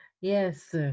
Yes